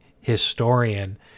historian